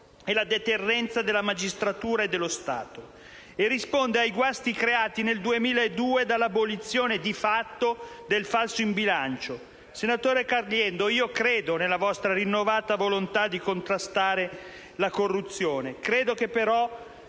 e la deterrenza della magistratura e dello Stato. Risponde ai guasti creati del 2002 dall'abolizione, di fatto, del falso in bilancio. Senatore Caliendo, io credo nella vostra rinnovata volontà di contrastare la corruzione. Credo che, però,